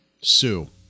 Sue